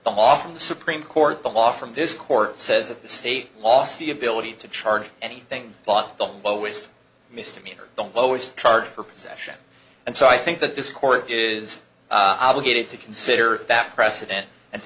law from the supreme court the law from this court says that the state lost the ability to charge anything bought the lowest misdemeanor the lowest charge for possession and so i think that this court is obligated to consider that precedent and